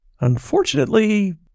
Unfortunately